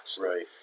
Right